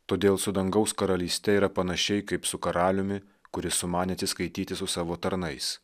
todėl su dangaus karalyste yra panašiai kaip su karaliumi kuris sumanė atsiskaityti su savo tarnais